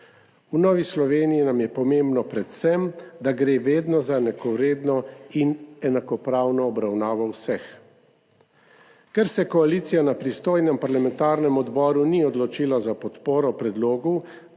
V Novi Sloveniji nam je pomembno predvsem, da gre vedno za enakovredno in enakopravno obravnavo vseh. Ker se koalicija na pristojnem parlamentarnem odboru ni odločila za podporo predlogu,